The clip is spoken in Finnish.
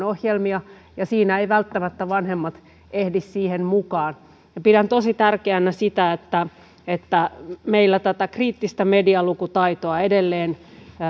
ohjelmia niin siinä eivät välttämättä vanhemmat ehdi siihen mukaan pidän tosi tärkeänä sitä että että meillä tätä kriittistä medialukutaitoa edelleen